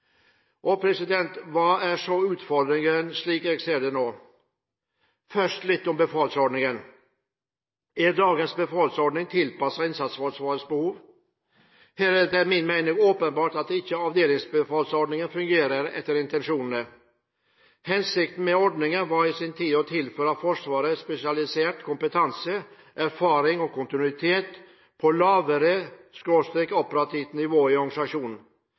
Hva er så utfordringen slik jeg ser den nå? Først litt om befalsordningen. Er dagens befalsordning tilpasset innsatsforsvarets behov? Her er det etter min mening åpenbart at avdelingsbefalsordningen ikke fungerer etter intensjonene. Hensikten med ordningen var i sin tid å tilføre Forsvaret spesialisert kompetanse, erfaring og kontinuitet på lavere/operativt nivå i organisasjonen.